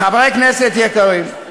חברי כנסת יקרים,